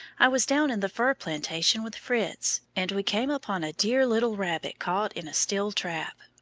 i was down in the fir plantation with fritz, and we came upon a dear little rabbit caught in a steel trap.